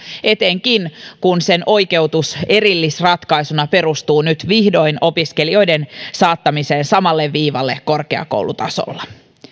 etenkin kun sen oikeutus erillisratkaisuna perustuu nyt vihdoin opiskelijoiden saattamiseen samalle viivalle korkeakoulutasolla